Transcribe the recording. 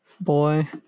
Boy